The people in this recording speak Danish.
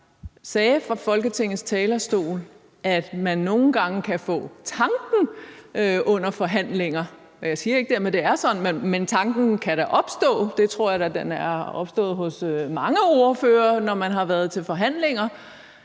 sagde fra Folketingets talerstol, at man nogle gange kan få tanken under forhandlinger. Jeg siger ikke, at det dermed er sådan, men tanken kan da opstå. Jeg tror da, at tanken er opstået hos mange ordførere, når man har været til forhandlinger,